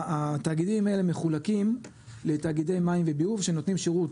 התאגידים האלה מחולקים לתאגידי מים וביוב שנותנים שירות,